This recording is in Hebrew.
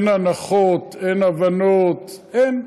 אין הנחות, אין הבנות, אין.